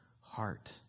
heart